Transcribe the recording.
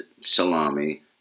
salami